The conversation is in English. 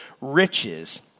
riches